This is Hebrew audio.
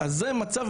זה המשרד לשירותי דת.